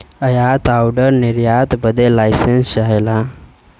आयात आउर निर्यात बदे लाइसेंस चाहला